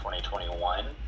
2021